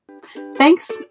Thanks